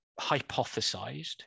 hypothesized